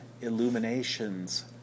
illuminations